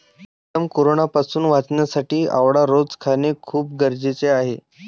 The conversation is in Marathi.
प्रीतम कोरोनापासून वाचण्यासाठी आवळा रोज खाणे खूप गरजेचे आहे